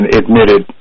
admitted